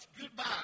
Goodbye